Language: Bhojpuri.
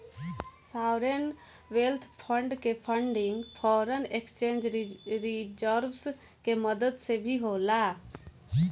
सॉवरेन वेल्थ फंड के फंडिंग फॉरेन एक्सचेंज रिजर्व्स के मदद से भी होला